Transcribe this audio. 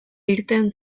irten